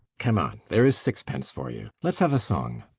come on there is sixpence for you let's have a song.